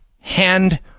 Hand